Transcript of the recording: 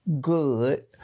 good